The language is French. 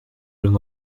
une